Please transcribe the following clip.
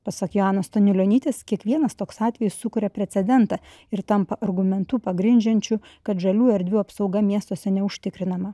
pasak joanos stanilionytės kiekvienas toks atvejis sukuria precedentą ir tampa argumentu pagrindžiančiu kad žaliųjų erdvių apsauga miestuose neužtikrinama